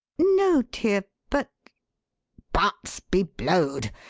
no, dear but buts be blowed!